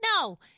No